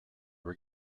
were